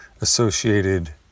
associated